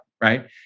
right